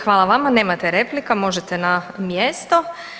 Hvala vama, nemate replika možete na mjesto.